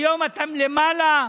היום אתם למעלה,